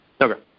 Okay